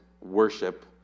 worship